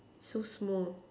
so small